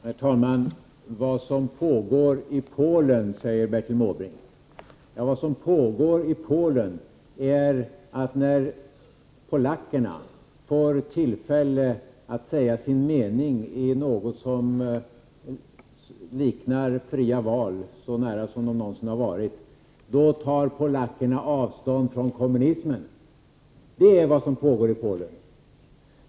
Herr talman! Vad som pågår i Polen, Bertil Måbrink, är följande. När polackerna får tillfälle att säga sin mening i något som liknar fria val — i varje fall så nära fria val som man någonsin har varit — tar polackerna avstånd från kommunismen. Det är vad som pågår i Polen!